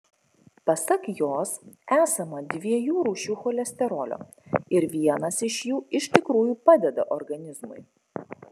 pasak jos esama dviejų rūšių cholesterolio ir vienas iš jų iš tikrųjų padeda organizmui